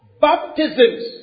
Baptisms